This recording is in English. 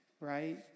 right